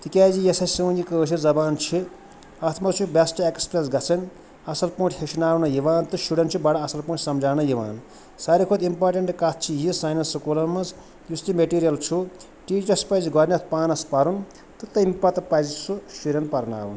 تِکیٛازِ یۄس اَسہِ سٲنۍ یہِ کٲشِر زبان چھِ اَتھ منٛز چھُ بیٚسٹہٕ ایٚکٕسپرٛیس گژھان اَصٕل پٲٹھۍ ہیٚچھناونہٕ یِوان تہٕ شُرٮ۪ن چھُ بَڈٕ اَصٕل پٲٹھۍ سَمجاونہٕ یِوان سارِوٕے کھۄتہٕ اِمپاٹَنٛٹہٕ کَتھ چھِ یہِ سٲنٮ۪ن سکوٗلَن منٛز یُس تہِ میٹیٖریَل چھُ ٹیٖچرَس پَزِ گۄڈٕنٮ۪تھ پانَس پَرُن تہٕ تَمہِ پَتہٕ پَزِ سُہ شُرٮ۪ن پَرناوُن